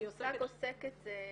המושג "עוסקת",